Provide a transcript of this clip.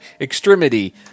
Extremity